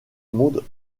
monde